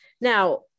Now